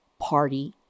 party